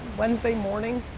wednesday morning,